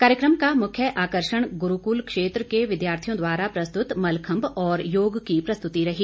कार्यक्रम का मुख्य आकर्षण ग्रूकुल क्षेत्र के विद्यार्थियों द्वारा प्रस्तुत मलखम्भ और योग की प्रस्तुति रही